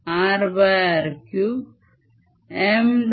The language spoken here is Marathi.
rr3 m